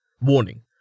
Warning